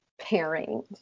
pairing